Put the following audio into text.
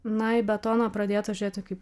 na į betoną pradėta žiūrėti kaip